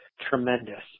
tremendous